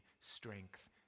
strength